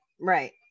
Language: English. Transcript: Right